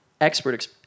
Expert